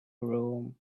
groom